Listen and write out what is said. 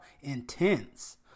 intense